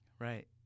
right